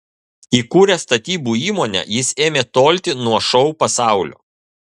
įkūręs statybų įmonę jis ėmė tolti nuo šou pasaulio